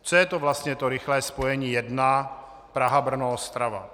Co je to vlastně to rychlé spojení 1 PrahaBrnoOstrava?